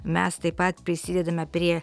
mes taip pat prisidedame prie